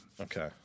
Okay